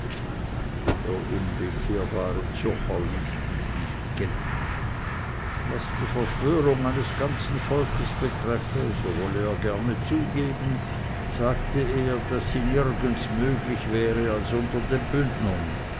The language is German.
der unbekehrbare zürcher ließ das nicht gelten was die verschwörung eines ganzen volkes betreffe so wolle er gerne zugeben sagte er daß sie nirgends möglich wäre als unter den bündnern